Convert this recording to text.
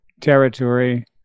territory